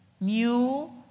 new